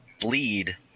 bleed